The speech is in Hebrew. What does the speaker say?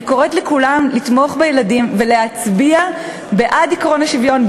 אני קוראת לכולם לתמוך בילדים ולהצביע בעד עקרון השוויון,